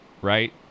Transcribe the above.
right